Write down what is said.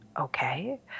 okay